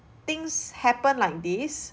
things happen like this